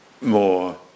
more